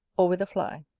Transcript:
or with a fly.